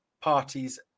parties